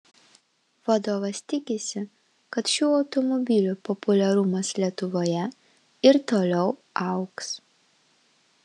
vadovas tikisi kad šių automobilių populiarumas lietuvoje ir toliau augs